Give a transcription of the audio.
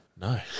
No